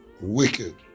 Wicked